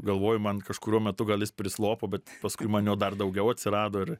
galvoju man kažkuriuo metu gal jis prislopo bet paskui man jo dar daugiau atsirado ir